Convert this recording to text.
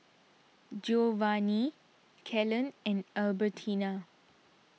Giovanni Kalen and Albertina